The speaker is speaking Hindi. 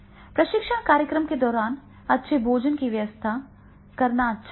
प्रशिक्षण कार्यक्रम के दौरान अच्छे भोजन की व्यवस्था करना अच्छा है